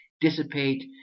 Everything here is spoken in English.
Dissipate